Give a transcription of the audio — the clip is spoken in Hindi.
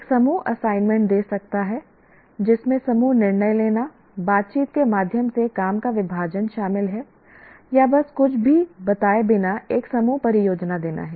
एक समूह असाइनमेंट दे सकता है जिसमें समूह निर्णय लेना बातचीत के माध्यम से काम का विभाजन शामिल है या बस कुछ भी बताए बिना एक समूह परियोजना देना है